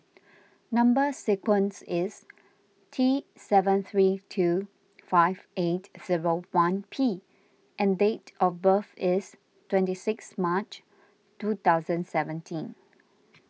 Number Sequence is T seven three two five eight zero one P and date of birth is twenty six March two thousand seventeen